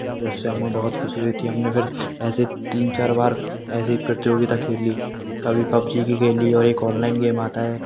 उससे हमें बहुत ख़ुशी हुई थी हमने फिर ऐसे तीन चार बार ऐसे ही प्रतियोगिता खेली कभी पब्जी की खेली और एक ऑनलाइन गेम आता है